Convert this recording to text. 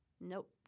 Nope